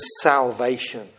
salvation